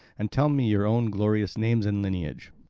and tell me your own glorious names and lineage.